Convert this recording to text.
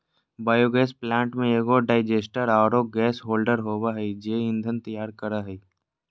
biogas plant में एगो digester आरो गैस होल्डर होबा है जे ईंधन तैयार करा हइ